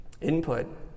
Input